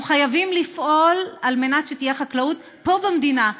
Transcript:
חייבים לפעול על מנת שתהיה חקלאות פה במדינה,